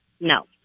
No